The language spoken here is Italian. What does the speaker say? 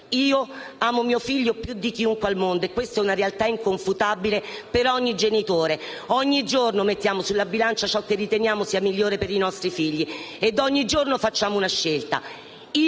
Io amo mio figlio più di chiunque al mondo e questa è una realtà inconfutabile per ogni genitore. Ogni giorno "mettiamo sulla bilancia" ciò che riteniamo sia migliore per i nostri figli e ogni giorno facciamo una scelta.